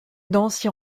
danse